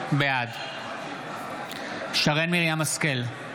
בעד שרן מרים השכל,